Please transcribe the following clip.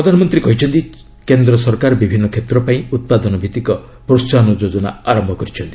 ପ୍ରଧାନମନ୍ତ୍ରୀ କହିଛନ୍ତି କେନ୍ଦ୍ର ସରକାର ବିଭିନ୍ନ କ୍ଷେତ୍ର ପାଇଁ ଉତ୍ପାଦନ ଭିଭିକ ପ୍ରୋହାହନ ଯୋଜନା ଆରୟ କରିଛନ୍ତି